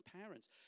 parents